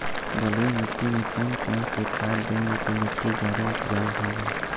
बलुई मिट्टी में कौन कौन से खाद देगें की मिट्टी ज्यादा उपजाऊ होगी?